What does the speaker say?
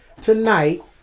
tonight